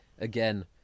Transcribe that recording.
again